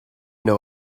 know